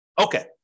Okay